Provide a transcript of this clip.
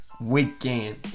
weekend